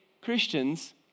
Christians